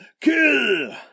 kill